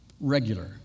regular